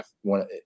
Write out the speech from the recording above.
one